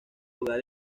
lugar